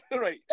right